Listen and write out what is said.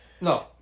No